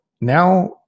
now